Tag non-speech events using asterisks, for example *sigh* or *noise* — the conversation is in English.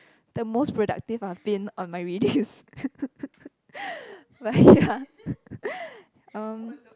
the most productive I've been on my readings *laughs* but ya *laughs* um